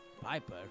Piper